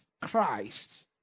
Christ